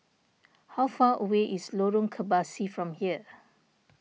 how far away is Lorong Kebasi from here